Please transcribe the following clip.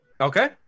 Okay